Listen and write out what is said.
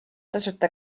tasuta